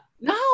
No